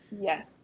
Yes